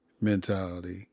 mentality